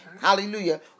hallelujah